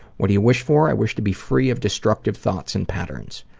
what do you wish for? i wish to be free of destructive thoughts and patterns.